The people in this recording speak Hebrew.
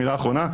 מילה האחרונה,